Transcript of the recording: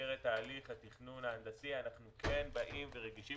במסגרת הליך התכנון ההנדסי אנחנו כן רגישים